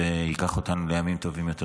וייקח אותנו לימים טובים יותר.